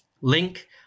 Link